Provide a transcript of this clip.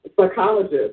psychologist